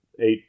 eight